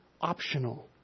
optional